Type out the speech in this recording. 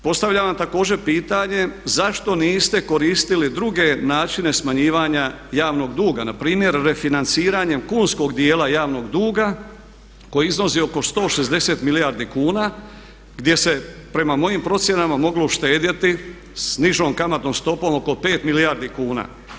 Postavljam vam također pitanje zašto niste koristili druge načine smanjivanja javnog duga npr. refinanciranjem kunskog djela javnog duga koji iznosi oko 160 milijardi kuna gdje se prema mojim procjenama moglo uštedjeti s nižom kamatnom stopom oko 5 milijardi kuna.